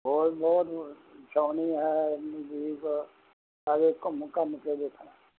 ਹੋਰ ਬਹੁਤ ਨਾਲੇ ਘੁੰਮ ਘੰਮ ਕੇ ਵੇਖਣਾ